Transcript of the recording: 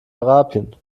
arabien